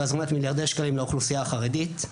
והזרמת מיליארדי שקלים לאוכלוסייה החרדית.